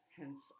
Hence